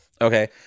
okay